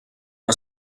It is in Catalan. que